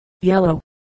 yellow